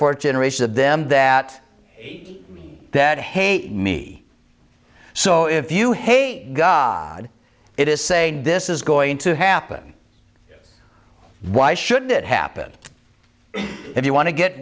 fourth generation of them that that hate me so if you hate god it is saying this is going to happen why should it happen if you want to get